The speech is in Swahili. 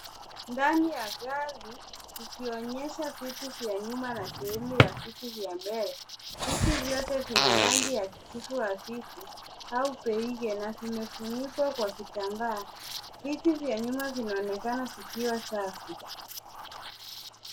Ndani ya gari, ikionyesha viti vya nyuma na sehemu ya viti vya mbele. Viti vyote vina rangi ya kijivu hafifu au beige na vimefunikwa kwa kitambaa. Viti vya nyuma vinaonekana vikiwa safi.